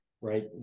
right